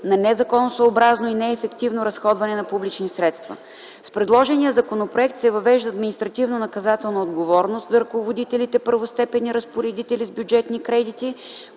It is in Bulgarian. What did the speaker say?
на незаконосъобразно и неефективно разходване на публични средства. С предложения законопроект се въвежда административнонаказателна отговорност за ръководителите – първостепенни разпоредители с бюджетни кредити,